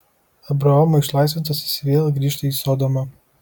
abraomo išlaisvintas jis vėl grįžta į sodomą